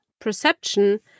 perception